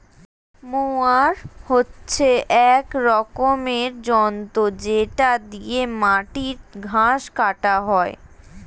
mower হচ্ছে এক রকমের যন্ত্র যেটা দিয়ে মাটির ঘাস কাটা হয়